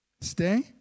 Stay